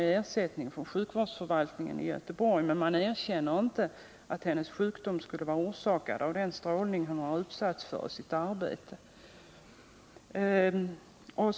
i ersättning från sjukvårdsförvaltningen i Göteborg, men man erkänner inte att hennes sjukdom skulle vara orsakad av den strålning hon utsatts för i sitt arbete.